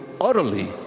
utterly